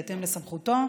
בהתאם לסמכותו,